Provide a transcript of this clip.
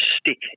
stick